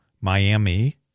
Miami